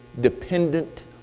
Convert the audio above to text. dependent